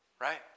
right